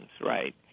right